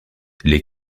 les